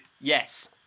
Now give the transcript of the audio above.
Yes